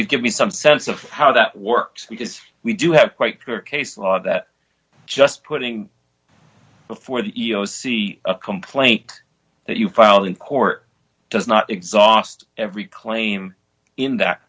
could give me some sense of how that works because we do have quite clear case law that just putting before the e e o c a complaint that you filed in court does not exhaust every claim in th